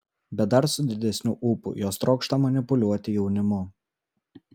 bet dar su didesniu ūpu jos trokšta manipuliuoti jaunimu